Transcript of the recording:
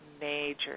major